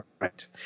Right